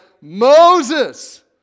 Moses